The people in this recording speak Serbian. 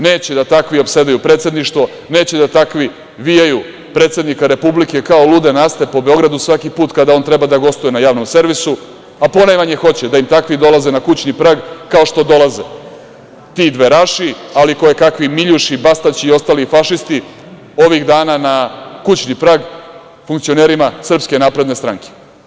Neće da takvi opsedaju Predsedništvo, neće da takvi vijaju predsednika Republike kao lude Naste po Beogradu svaki put kada on treba da gostuje na Javnom servisu, a ponajmanje hoće da im takvi dolaze na kućni prag, kao što dolaze ti dveraši, ali i kojekakvi Miljuši, Bastaći i ostali fašisti ovih dana na kućni prag funkcionerima SNS.